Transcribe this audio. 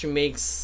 makes